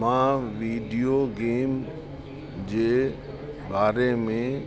मां video game जे बारे में